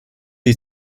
die